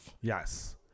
yes